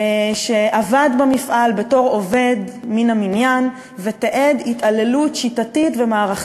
שעבד במפעל בתור עובד מן המניין ותיאר התעללות שיטתית ומערכתית.